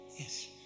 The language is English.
Yes